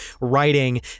writing